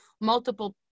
multiple